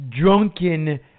drunken